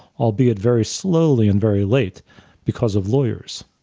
albeit very slowly and very late because of lawyers.